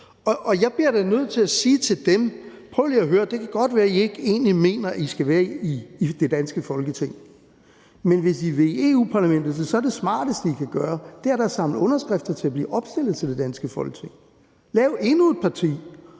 Jeg bliver da nødt til at sige til dem: Prøv lige at høre, det kan godt være, at I ikke egentlig mener, at I skal være i det danske Folketing, men hvis I vil i Europa-Parlamentet, så er det smarteste, I kan gøre, da at samle underskrifter til at blive opstillet til det danske Folketing; lav endnu et parti,